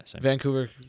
Vancouver